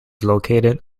located